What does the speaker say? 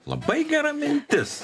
labai gera mintis